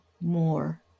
more